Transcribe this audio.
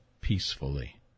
peacefully